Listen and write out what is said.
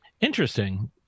Interesting